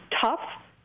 tough